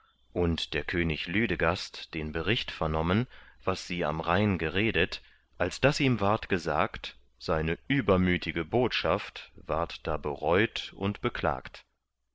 und der könig lüdegast den bericht vernommen was sie am rhein geredet als das ihm ward gesagt seine übermütge botschaft ward da bereut und beklagt